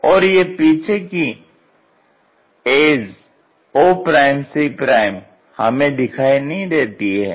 और यह पिछे की एज oc हमें दिखाई नहीं देती है